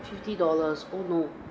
fifty dollars oh no